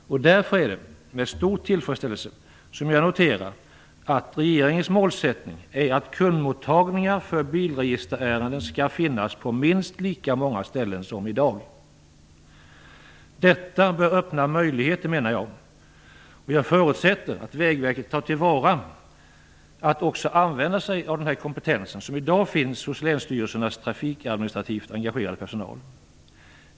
Därför är det med stor tillfredsställelse som jag noterar att regeringens målsättning är att kundmottagningar för bilregisterärenden skall finnas på minst lika många ställen som i dag. Detta bör öppna möjligheter, menar jag. Jag förutsätter att Vägverket också tar till vara och använder sig av den kompetens som i dag finns hos länsstyrelsernas trafikadministrativt engagerade personal.